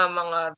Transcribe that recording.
mga